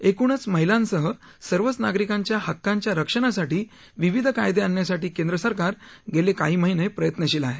एकूणच महिलांसह सर्वच नागरिकांच्या हक्कांच्या रक्षणासाठी विविध कायदे आणण्यासाठी केंद्र सरकार गेले काही महिने प्रयत्नशील आहे